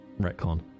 Retcon